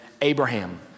Abraham